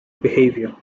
behaviour